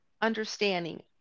understanding